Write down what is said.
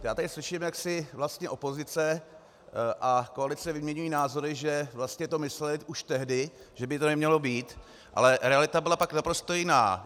Já tady slyším, jak si opozice a koalice vyměňují názory, že vlastně to myslely už tehdy, že by to nemělo být, ale realita byla pak naprosto jiná.